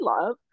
love